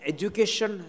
Education